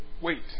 wait